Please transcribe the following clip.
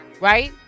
Right